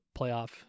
playoff